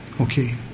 Okay